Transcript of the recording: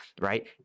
right